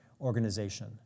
organization